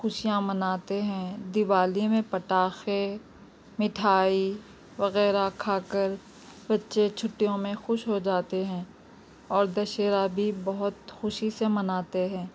خوشیاں مناتے ہیں دیوالی میں پٹاخے میٹھائی وغیرہ کھا کر بچے چھٹیوں میں خوش ہو جاتے ہیں اور دشہرا بھی بہت خوشی سے مناتے ہیں